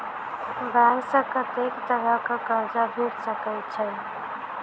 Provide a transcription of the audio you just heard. Bank सऽ कत्तेक तरह कऽ कर्जा भेट सकय छई?